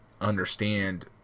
understand